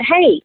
hey